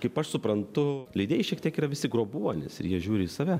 kaip aš suprantu leidėjai šiek tiek yra visi grobuonys ir jie žiūri į save